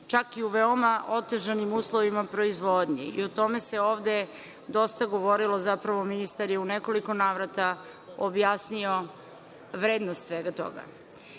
čak i u veoma otežanim uslovima proizvodnje. O tome se ovde dosta govorilo, zapravo, ministar je u nekoliko navrata objasnio vrednost svega